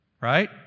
Right